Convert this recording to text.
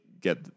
get